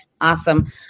Awesome